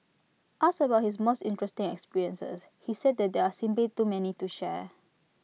asked about his most interesting experiences he said that there are simply too many to share